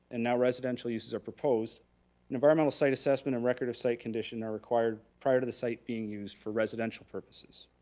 and now residential uses are proposed, an environmental site assessment and record of site condition are required prior to the site being used for residential purposes.